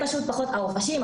אבל העובשים,